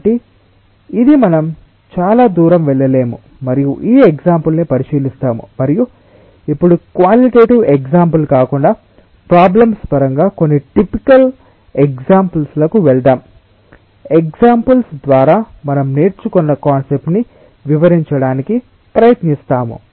కాబట్టి ఇది మనం చాలా దూరం వెళ్ళలేము మరియు ఈ ఎగ్సాంపుల్ ని పరిశీలిస్తాము మరియు ఇప్పుడు క్వాలిటెటివ్ ఎగ్సాంపుల్ కాకుండా ప్రాబ్లెమ్స్ పరంగా కొన్ని టిపికల్ ఎగ్సాంపుల్స్ లకు వెళ్దాం ఎగ్సాంపుల్స్ ద్వారా మనం నేర్చుకున్న కాన్సెప్ట్ ని వివరించడానికి ప్రయత్నిస్తాము